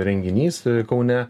renginys kaune